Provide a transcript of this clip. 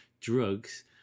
drugs